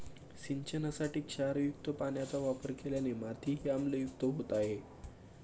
सिंचनासाठी क्षारयुक्त पाण्याचा वापर केल्याने मातीही आम्लयुक्त होत आहे